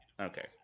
Okay